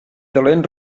dolent